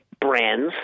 brands